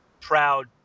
proud